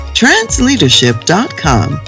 transleadership.com